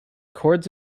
cords